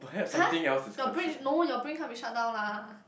[huh] your brain no your brain can't be shut down lah